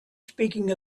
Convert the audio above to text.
speaking